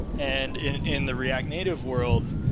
and in in the react native world,